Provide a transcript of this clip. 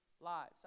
lives